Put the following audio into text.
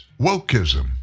wokeism